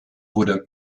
wurde